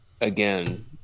again